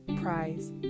prize